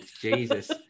Jesus